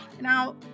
Now